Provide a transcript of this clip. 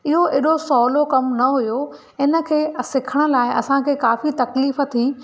इहो हेॾो सवलो कमु न हुओ हिनखे सिखण लाइ असांखे काफ़ी तकलीफ़ थी